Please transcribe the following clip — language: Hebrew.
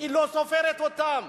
היא לא סופרת אותם,